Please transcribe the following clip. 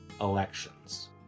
elections